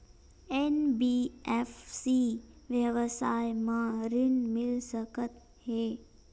NBFC व्यवसाय मा ऋण मिल सकत हे